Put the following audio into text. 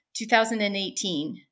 2018